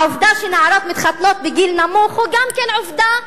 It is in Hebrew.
העובדה שנערות מתחתנות בגיל נמוך היא גם עובדה,